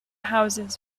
houses